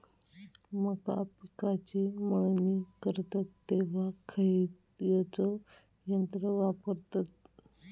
मका पिकाची मळणी करतत तेव्हा खैयचो यंत्र वापरतत?